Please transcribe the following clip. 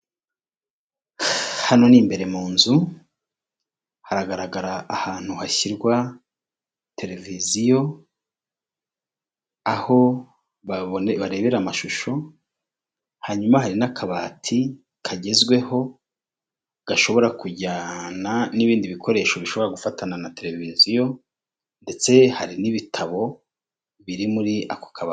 Hano ni imbere mu nzu, haragaragara ahantu hashyirwa televiziyo, aho barebera amashusho, hanyuma hari n'akabati kagezweho gashobora kujyana n'ibindi bikoresho bishobora gufatana na televiziyo ndetse hari n'ibitabo biri muri ako kabati.